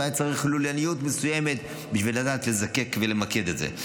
והיה צריך לוליינות מסוימת בשביל לדעת לזקק ולמקד את זה.